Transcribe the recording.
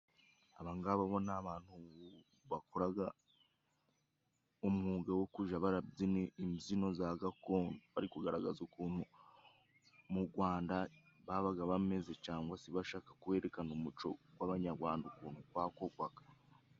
Abangaba bo ni abantu bakoraga umwuga wo kuja barabyina imbyino za gakondo, bari kugaragaza ukuntu mu Gwanda babaga bameze cangwa se bashaka kwerekana umuco w'Abanyagwanda ukuntu gwakogwaga.